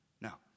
Now